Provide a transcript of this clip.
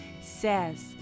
says